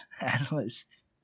analysts